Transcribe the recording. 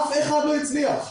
אף אחד לא הצליח.